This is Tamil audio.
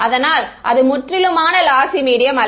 அதனால் அது முற்றிலுமான லாசி மீடியம் அல்ல